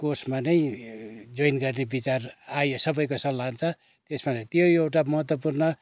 कोर्समा नै जोइन गर्ने बिचार आयो सबैको सल्लाह अनुसार त्यो एउटा महत्त्वपूर्ण